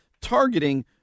targeting